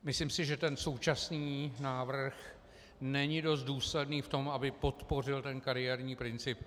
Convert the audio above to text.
Myslím, že současný návrh není dost důsledný v tom, aby podpořil ten kariérní princip.